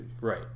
Right